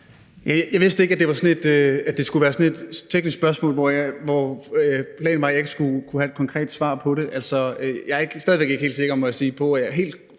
Jeg vidste ikke, at det skulle være sådan et teknisk spørgsmål, hvor jeg skulle beklage, at jeg ikke har et konkret svar på det. Jeg er stadig væk ikke helt sikker på, at jeg